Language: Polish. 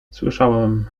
słyszałam